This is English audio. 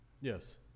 yes